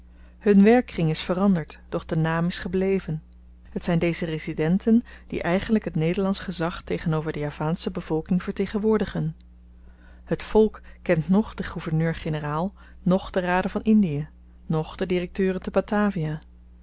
hun werkkring is veranderd doch de naam is gebleven het zyn deze residenten die eigenlyk het nederlandsch gezag tegenover de javaansche bevolking vertegenwoordigen het volk kent noch den gouverneur-generaal noch de raden van indie noch de direkteuren te batavia